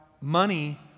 Money